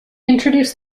introduced